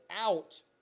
out